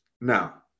Now